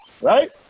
right